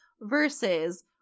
versus